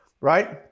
right